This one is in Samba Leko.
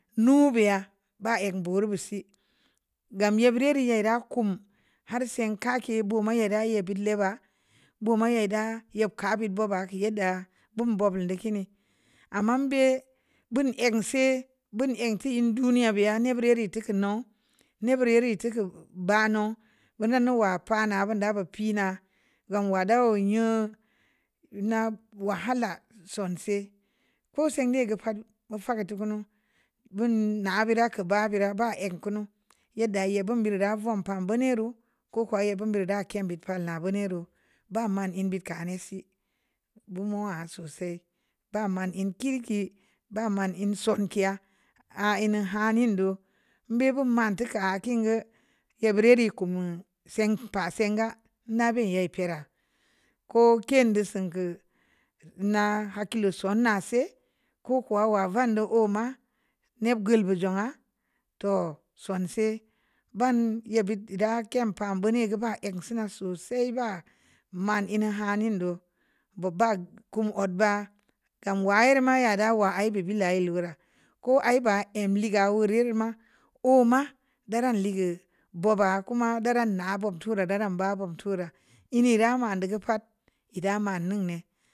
Nuo’ biya ba'rek bureu bi si gam ye bure’ ri ye ra kum har se'n kə ke’ bumu ye'ra ye bulle’ wa bumu yedda ye'p ka bid bo'o’ ba kə yedda bum bo'o’ de’ kii ni dmam be’ bun ek se bun ek teda’ duniya bi'a ne’ bure’ ri tukun no'o’ ne’ bure’ nii tukun ba no'o’ wo'o’ nun nuwa pana von da bo'o’ pii na gam wada wu'um yo na wahala sonse’ ko'o’ sendegə pa'at mu fa'ak gə tukunu bun na'a bira kə ba bira ba ek kunu yedda ye bun bure’ vom pa buni reu ko kowa ye bun bira kim bii pal na buni reu ba mane’ be’ ka’ a’ ne’ si bumu wa sosai ba man e’ ke’ ki ba man en son ki'a’ a e’ nneŋ ha nin do'o’ be’ buman tə kə in gə ye'p bure rii kəm wu se'ngə pa se'nga na be’ ye'p pay ra ko kin de’ se'nga’ na hakkilo sonna se’ ko'o’ kowa wa van do'o’ ma ne’ gul gə jung'a toh sonse’ ban ye’ bit e’ da ke'm pa buni gə ba ək sunna sosai ba man hnu ha nin do’ boo ba kum odd ba kam waye re’ ma yedda wa e’ bii billa yal o'ra ko'o’ ii ba əm le'ga o re’ reu ma o’ ma daran le'e’ gə booba koma daran na bob tuna daran ba bo'o’b tura hin ra man dugu pa'at ii da man nneŋ ne.